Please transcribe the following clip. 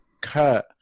Kurt